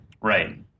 Right